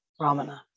Ramana